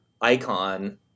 icon